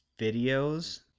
videos